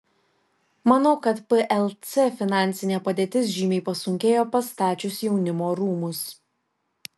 manau kad plc finansinė padėtis žymiai pasunkėjo pastačius jaunimo rūmus